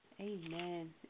Amen